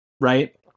right